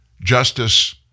Justice